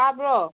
ꯇꯥꯕ꯭ꯔꯣ